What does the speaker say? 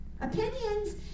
Opinions